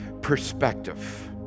perspective